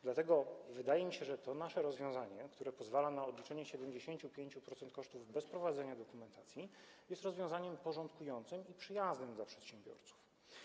Dlatego wydaje mi się, że to nasze rozwiązanie, które pozwala na odliczenie 75% kosztów bez prowadzenia dokumentacji, jest rozwiązaniem porządkującym i przyjaznym dla przedsiębiorców.